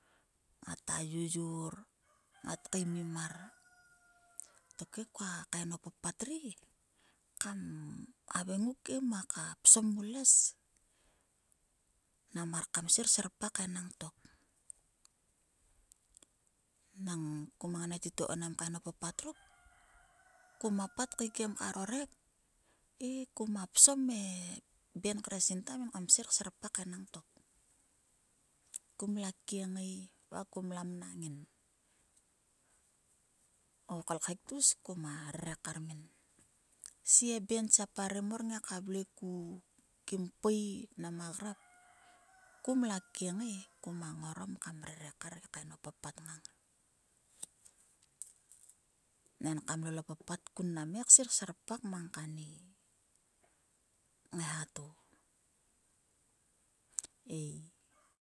Ngata yoyor. ngat keimimim mar. Tokhe ikua kain o papatri kam havaing nguk he muaka psom mn les nang mar kam sir serpak enangtok nang kuma ngan e titou nam kaen o papat ruk kuma pat kaekiem karo rhek he kumia psom e ben kre sinta min kam sir serpak enangtok kum la kieengai va kum la mnang ngin. O kolkhek tgus kuma rere kar min. Si e ben tsia paren mor ngai ka vle ku kim kpui nama grap. kum la kiengai e, kuma ngorom kam rere kar kaen o papat ngam nang e kam lol o papat kun mnam he ksir serpark mang kani ngaeha to ei.